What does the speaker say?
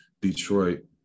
detroit